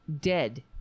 Dead